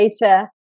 later